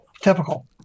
Typical